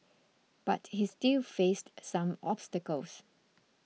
but he still faced some obstacles